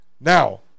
Now